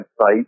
website